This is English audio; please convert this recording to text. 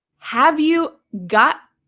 have you gotten